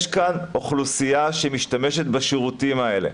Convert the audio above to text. יש כאן אוכלוסייה שמשתמשת בשירותים האלה.